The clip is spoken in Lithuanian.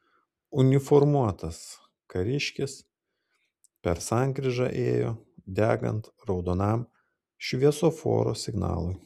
uniformuotas kariškis per sankryžą ėjo degant raudonam šviesoforo signalui